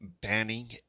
Banning